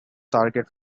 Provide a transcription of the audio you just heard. targets